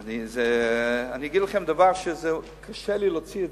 אני אגיד לכם דבר שקשה לי גם לומר אותו,